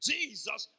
Jesus